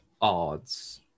odds